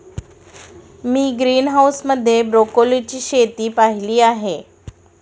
मी greenhouse मध्ये ब्रोकोलीची शेती पाहीली आहे